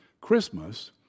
Christmas